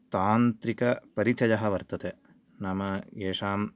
तान्त्रिकपरिचयः वर्तते नाम येषां